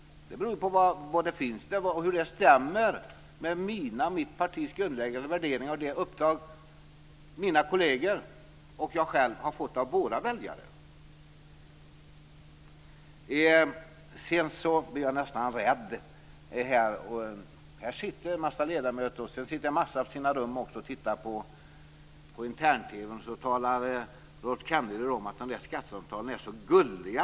Det beror på hur den stämmer med mina och mitt partis grundläggande värderingar och det uppdrag som mina kolleger och jag själv har fått av våra väljare. Sedan blir jag nästan rädd. Det sitter en massa ledamöter här medan andra ledamöter sitter i sina rum och tittar på intern-TV. Då säger Rolf Kenneryd att skattesamtalen är så gulliga.